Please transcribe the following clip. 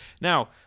Now